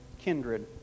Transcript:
kindred